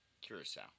Curacao